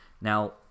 Now